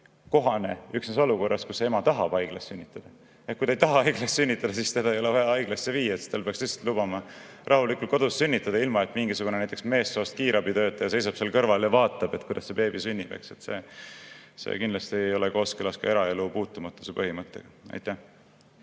kohane üksnes olukorras, kus ema tahab haiglas sünnitada. Kui ta ei taha haiglas sünnitada, siis teda ei ole vaja haiglasse viia, siis tal peaks lihtsalt lubama rahulikult kodus sünnitada, ilma et mingisugune näiteks meessoost kiirabitöötaja seisaks seal kõrval ja vaataks, kuidas beebi sünnib. See kindlasti ei oleks kooskõlas ka eraelu puutumatuse põhimõttega. Kalle